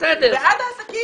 גם בארצות הברית,